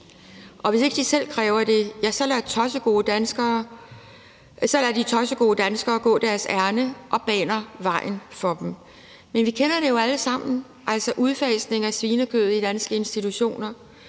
og hvis ikke de selv kræver det, lader de tossegode danskere gå deres ærinde og bane vejen for dem. Men vi kender det jo alle sammen, altså en udfasning af svinekød i danske institutioner,